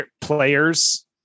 players